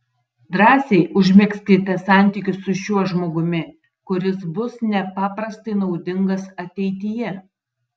drąsiai užmegzkite santykius su šiuo žmogumi kuris bus nepaprastai naudingas ateityje